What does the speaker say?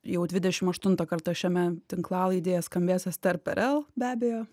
jau dvidešim aštuntą kartą šiame tinklalaidėje skambės ester perel be abejo